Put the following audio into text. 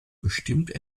bestimmt